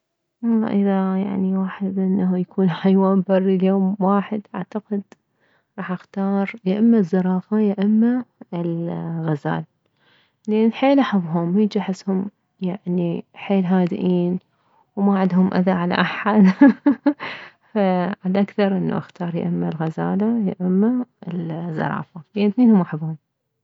والله اذا يعني واحد انه يكون حيوان بري ليوم واحد اعتقد راح اختار يا اما الزرافة يا اما الغزال لان حيل احبهم هيج احسهم يعني حيل هادئين وما عدهم اذى على احد ههه فعلى الاكثر اختار يا اما الغزالة يا اما الزرافة لان اثنينهم احبهم